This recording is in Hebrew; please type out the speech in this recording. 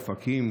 אופקים,